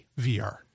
VR